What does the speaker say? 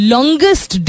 Longest